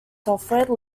software